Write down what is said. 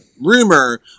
rumor